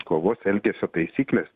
kovos elgesio taisyklės